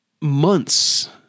months